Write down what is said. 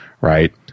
right